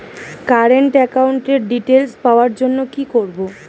Current একাউন্টের details পাওয়ার জন্য কি করব?